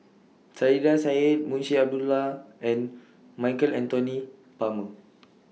Saiedah Said Munshi Abdullah and Michael Anthony Palmer